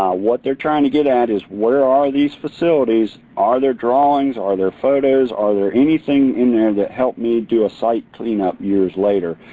what they're trying to get at is where are these facilities? are there drawings, are there photos, are there anything in there that help me do a site cleanup years later?